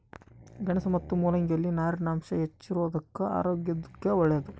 ಗೆಣಸು ಮತ್ತು ಮುಲ್ಲಂಗಿ ಯಲ್ಲಿ ನಾರಿನಾಂಶ ಹೆಚ್ಚಿಗಿರೋದುಕ್ಕ ಆರೋಗ್ಯಕ್ಕೆ ಒಳ್ಳೇದು